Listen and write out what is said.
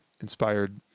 inspired